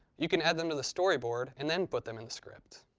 you can add them to the storyboard and then put them in the script.